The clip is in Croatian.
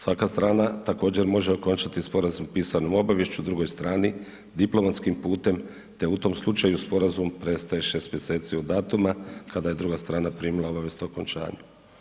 Svaka strana također može okončati sporazum pisanom obaviješću drugoj strani diplomatskim putem te u tom slučaju sporazum prestaje šest mjeseci od datuma kada je druga strana primila obavijest o okončanju.